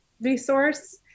resource